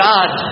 God